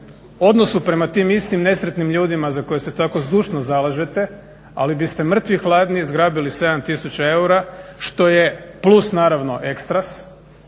odnosu prema tim istim nesretnim ljudima za koje se tako zdušno zalažete, ali biste mrtvi hladni zgrabili 7000 eura što je plus naravno ekstras,